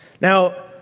Now